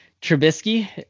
trubisky